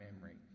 memory